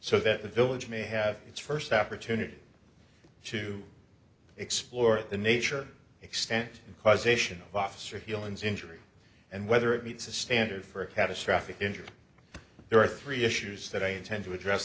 so that the village may have its first opportunity to explore the nature extent and causation of officer feelings injury and whether it meets a standard for a catastrophic injury there are three issues that i intend to address